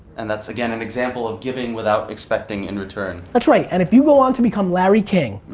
and that's again, an example of giving without expecting in return. that's right, and if you go on to become larry king,